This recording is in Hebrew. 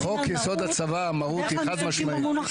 בחוק יסוד הצבא, המרות היא חד-משמעית.